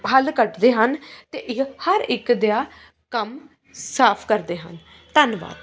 ਹੱਲ ਕੱਢਦੇ ਹਨ ਅਤੇ ਇਹ ਹਰ ਇੱਕ ਦਾ ਕੰਮ ਸਾਫ ਕਰਦੇ ਹਨ ਧੰਨਵਾਦ